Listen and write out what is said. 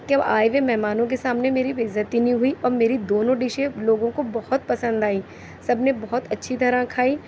کہ آئے ہوئے مہمانوں کے سامنے میری یے عزت ہی نہیں ہوئی اور میری دونوں ڈشیں لوگوں کو بہت پسند آئیں سب نے بہت اچھی طرح کھائی